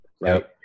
right